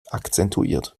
akzentuiert